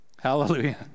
Hallelujah